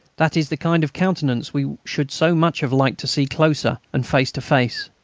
that is the kind of countenance we should so much have liked to see closer and face to face.